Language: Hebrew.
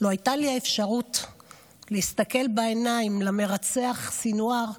לו הייתה לי האפשרות להסתכל בעיניים למרצח סנוואר,